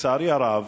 לצערי הרב,